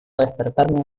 despertarme